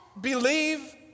believe